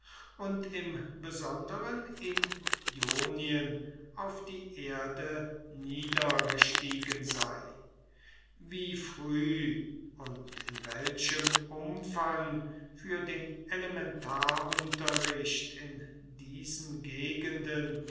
und im besonderen in ionien auf die erde niedergestiegen sei wie früh und in welchem umfang für den elementarunterricht in diesen gegenden